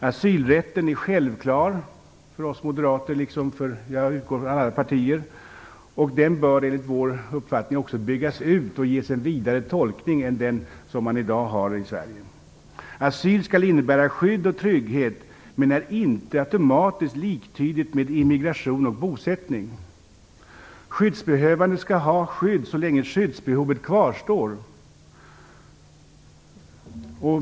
Asylrätten är självklar för oss moderater, vilket jag utgår ifrån att den är för alla partier, och den bör enligt vår uppfattning också byggas ut och ges en vidare tolkning än den som i dag tillämpas i Sverige. Asyl skall innebära skydd och trygghet men är inte automatiskt liktydig med immigration och bosättning. Skyddsbehövande skall ha skydd så länge skyddsbehovet kvarstår.